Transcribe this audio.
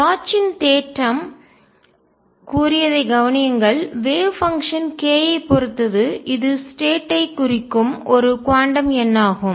ப்ளாச்சின் தேற்றம் கூறியதைக் கவனியுங்கள் வேவ் பங்ஷன் அலை செயல்பாடு k ஐப் பொறுத்தது இது ஸ்டேட் ஐ நிலை குறிக்கும் ஒரு குவாண்டம் எண்ணாகும்